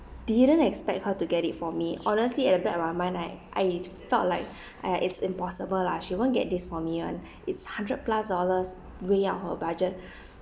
didn't expect her to get it for me honestly at the back of my mind right I thought like uh it's impossible lah she won't get this for me [one] it's hundred plus dollars way out of our budget